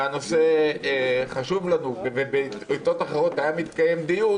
והנושא חשוב לנו, ובעיתות אחרות היה מתקיים דיון